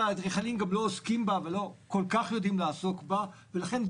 אדריכלים לא עוסקים בה ולא כל-כך יודעים לעסוק בה ולכן,